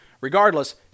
Regardless